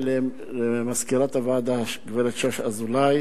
למזכירת הוועדה הגברת שוש אזולאי